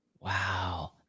Wow